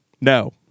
No